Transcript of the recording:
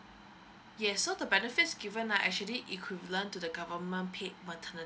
yes so the benefits given are actually equivalent to the government paid maternity